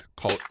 call